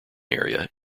area